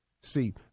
See